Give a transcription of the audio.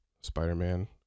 spider-man